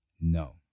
no